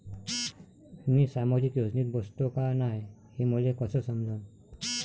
मी सामाजिक योजनेत बसतो का नाय, हे मले कस समजन?